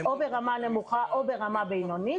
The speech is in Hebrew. או ברמה נמוכה או ברמה בינונית,